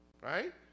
right